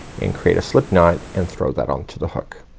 and create a slipknot, and throw that onto the hook.